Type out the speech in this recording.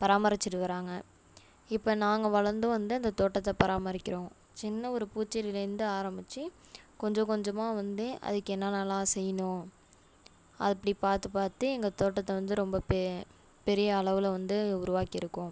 பராமரிச்சுட்டு வராங்க இப்போ நாங்கள் வளர்ந்தும் வந்து அந்த தோட்டத்தை பராமரிக்கிறோம் சின்ன ஒரு பூச்செடியிலேருந்து ஆரம்பிச்சு கொஞ்சம் கொஞ்சமாக வந்து அதுக்கு என்னென்னலாம் செய்யணும் அப்படி பார்த்து பார்த்து எங்கள் தோட்டத்தை வந்து ரொம்ப பெ பெரிய அளவில் வந்து உருவாக்கியிருக்கோம்